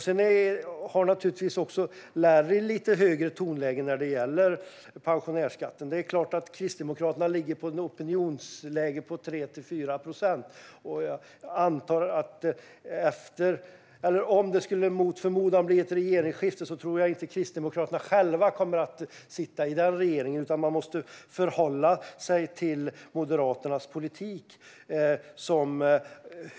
Sedan har naturligtvis också Larry ett lite högre tonläge när det gäller pensionärsskatten. Kristdemokraterna har opinionssiffror som ligger på 3-4 procent. Om det mot för förmodan skulle bli ett regeringsskifte tror jag inte att Kristdemokraterna skulle sitta själva i en regering. De måste förhålla sig till Moderaternas politik.